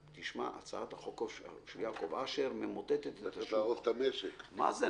הצעת החוק של יעקב אשר ממוטטת את השוק" מה זה,